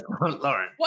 Lauren